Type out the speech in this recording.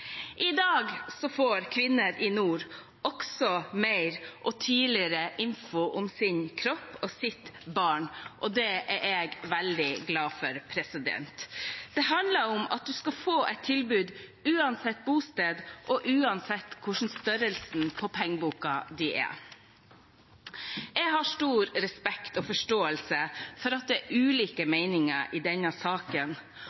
mer og tidligere info om sin kropp og sitt barn, og det er jeg veldig glad for. Det handler om at man skal få et tilbud uansett bosted og uansett hvordan størrelsen på pengeboka er. Jeg har stor respekt og forståelse for at det er ulike